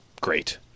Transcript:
great